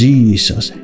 Jesus